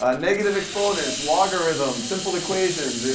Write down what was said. ah negative exponents, logarithms, simple equations, and